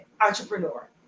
entrepreneur